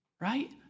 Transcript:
Right